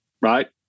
right